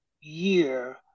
year